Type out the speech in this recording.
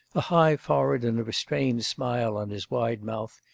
a high forehead, and a restrained smile on his wide mouth,